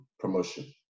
promotion